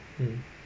mm